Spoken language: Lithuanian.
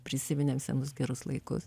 prisiminėm senus gerus laikus